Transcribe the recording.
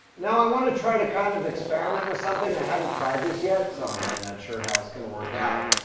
now i want to try to kind of experiment with something. i haven't tried this yet, so i'm really not sure how it's going to work out,